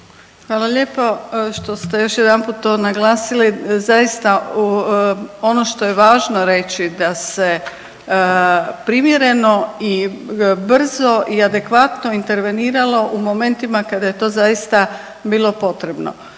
Hvala lijepo. Kao što ste još jedanput to naglasili zaista ono što je važno reći da se primjereno i brzo i adekvatno interveniralo u momentima kada je to zaista bilo potrebno.